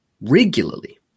regularly